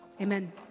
Amen